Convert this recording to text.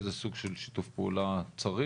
איזה סוג של שיתוף פעולה צריך?